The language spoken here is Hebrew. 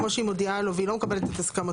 כמו שהיא מודיעה לו והיא לא מקבלת את הסכמתו,